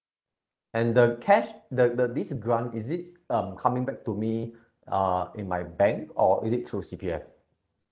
and the cash the the this grant is it um coming back to me uh in my bank or is it through C_P_F